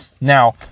Now